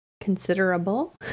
considerable